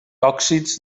òxids